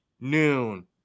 noon